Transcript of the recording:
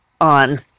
on